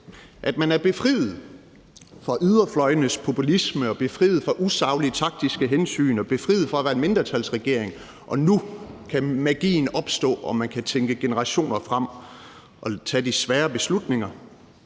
at man er befriet fra yderfløjenes populisme, befriet fra usaglige taktiske hensyn og befriet fra at være en mindretalsregering, så magien nu kan opstå, og så man kan tænke generationer frem og tage de svære beslutninger,